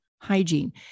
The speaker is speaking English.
hygiene